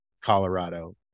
Colorado